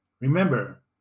Remember